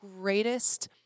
greatest